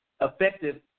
effective